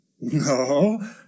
no